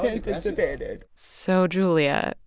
anticipated so, julia,